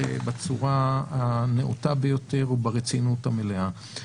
בצורה הנאותה ביותר וברצינות המלאה.